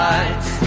Lights